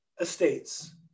estates